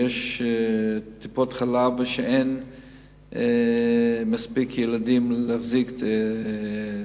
יש טיפות-חלב שאין בהן מספיק ילדים כדי להחזיק אותן.